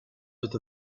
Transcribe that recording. with